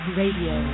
radio